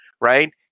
right